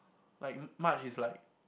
like March is like